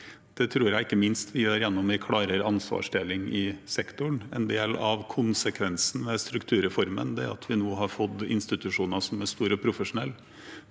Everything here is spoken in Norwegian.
Det tror jeg ikke minst vi gjør gjennom en klarere ansvarsdeling i sektoren. En del av konsekvensen ved strukturreformen er at vi nå har fått institusjoner som er store og profesjonelle.